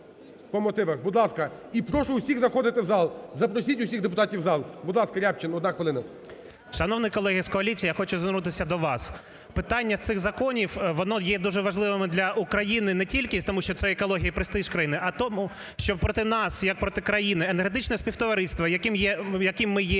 по мотивах, будь ласка. І прошу усіх заходити в зал, запросіть усіх депутатів в зал. Будь ласка, Рябчин, одна хвилина. 17:36:30 РЯБЧИН О.М. Шановні колеги з коаліції, я хочу звернутися до вас. Питання цих законів, воно є дуже важливим для України не тільки тому, що це екологія і престиж країни, а тому, що проти нас як проти країни Енергетичного співтовариства, яким ми є